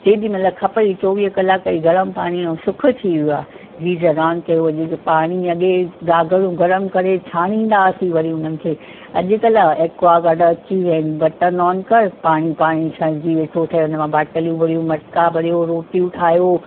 जेॾी महिल खप ई चौवीह कलाक ई गरम पाणीअ जो सुखु थी वियो आहे गीज़र ऑन कयो जीअं पाणी अॻे गागरू गरम करे छाडींदा हुआसीं वरी हुननि खे अॼुकल्ह एकवागार्ड अची विया आहिनि बटन ऑन कर पाणी पाणी छणिजी वेठो ठहे हुन मां बाटलियूं भरियो मटका भरियो रोटियूं ठाहियो